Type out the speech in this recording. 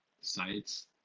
sites